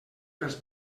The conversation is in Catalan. pels